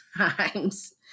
times